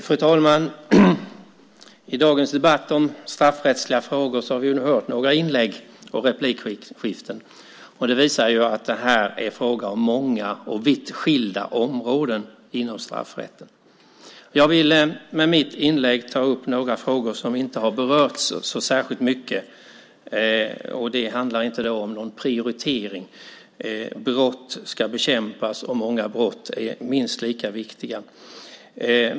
Fru talman! I dagens debatt om straffrättsliga frågor har vi hört några inlägg och replikskiften. Det visar att det är fråga om många och vitt skilda områden inom straffrätten. Jag vill i mitt inlägg ta upp några frågor som inte har berörts särskilt mycket. Det handlar inte om någon prioritering. Brott ska bekämpas och många brott är lika viktiga.